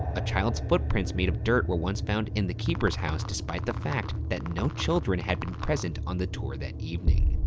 a child's footprints made of dirt were once found in the keeper's house despite the fact that no children had been present on the tour that evening.